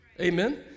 amen